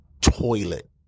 toilet